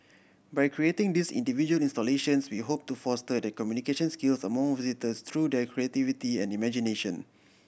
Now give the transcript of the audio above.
by creating these individual installations we hope to foster the communication skills among visitors through their creativity and imagination